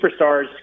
superstars